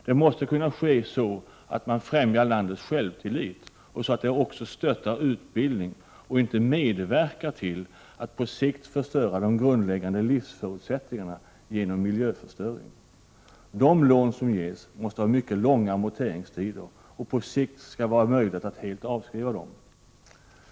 Det måste kunna ske på ett sådant sätt att man främjar landets självtillit och stöttar utbildning och inte medverkar till att på sikt förstöra de grundläggande livsförutsättningarna genom miljöförstöring. De lån som ges måste ha mycket långa amorteringstider, och på sikt skall det vara möjligt att helt avskriva dem.